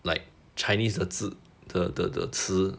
like chinese 的字的的的词